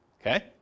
Okay